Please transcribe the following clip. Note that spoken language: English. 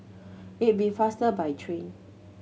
it'll be faster by train